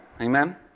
amen